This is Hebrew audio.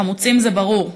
החמוצים, זה ברור,